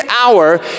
hour